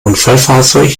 unfallfahrzeug